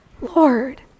Lord